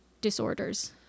disorders